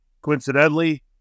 Coincidentally